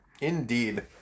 Indeed